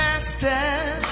Master